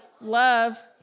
love